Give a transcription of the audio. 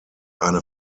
eine